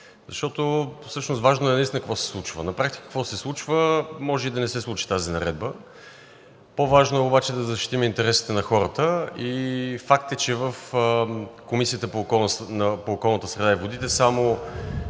защото важно е наистина какво се случва. На практика какво се случва? Може и да не се случи тази наредба, по-важно е обаче да защитим интересите на хората. Факт е, че в Комисията по околната среда и водите само